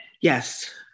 Yes